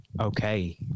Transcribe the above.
Okay